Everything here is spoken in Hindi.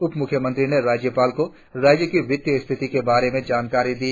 उप मुख्यमंत्री ने राज्यपाल को राज्य की वित्तीय स्थिति के बारे में जानकारी दी